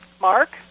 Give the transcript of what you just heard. Mark